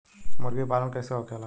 मुर्गी पालन कैसे होखेला?